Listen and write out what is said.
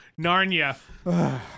Narnia